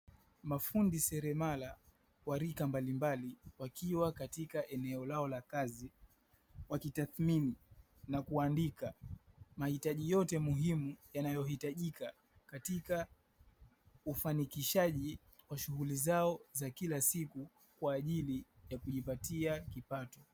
Mafundi seremala wa rika mbalimbali wakiwa katika eneo lao la kazi, wakitathmini na kuandika mahitaji yote muhimu, yanayohitajika katika ufanikishaji wa kazi zao za kila siku ka aijli ya kujipatia kipato.